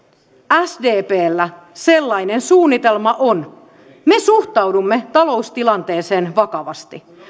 sdpllä sellainen suunnitelma on me suhtaudumme taloustilanteeseen vakavasti